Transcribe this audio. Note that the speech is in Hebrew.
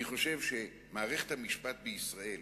אני חושב שמערכת המשפט בישראל